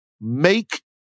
Make